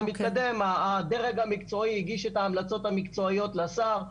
הדרג המקצועי הגיש את ההמלצות המקצועיות לשר,